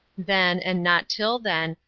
then, and not till then,